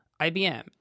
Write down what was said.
ibm